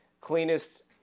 cleanest